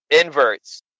inverts